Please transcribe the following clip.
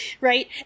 Right